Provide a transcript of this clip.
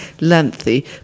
lengthy